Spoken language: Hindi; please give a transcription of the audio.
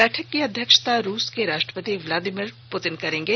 बैठक की अध्यक्षता रूस के राष्ट्रषपति ब्लादिमीर पुतिन करेंगे